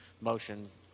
motions